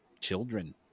children